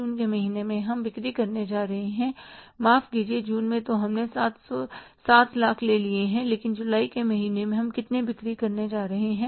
जून के महीने में हम बिक्री करने जा रहे हैं माफ कीजिए जून में तो हमने 7 लाख ले लिए हैं लेकिन जुलाई के महीने में हम कितनी बिक्री करने जा रहे हैं